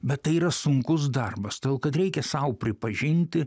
bet tai yra sunkus darbas todėl kad reikia sau pripažinti